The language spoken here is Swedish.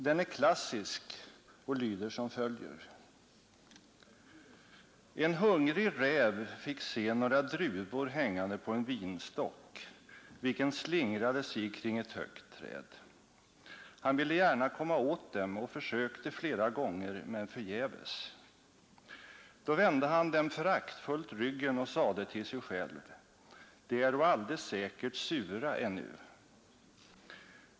Den är klassisk och lyder som följer: ”En hungrig räv fick se några druvor hängande på en vinstock, vilken slingrade sig kring ett högt träd. Han ville gärna komma åt dem och försökte flera gånger men förgäves. Då vände han dem föraktfullt ryggen och sade till sig själv: De äro alldeles säkert sura ännu.